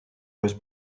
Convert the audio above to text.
was